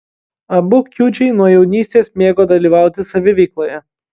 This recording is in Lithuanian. abu kiudžiai nuo jaunystės mėgo dalyvauti saviveikloje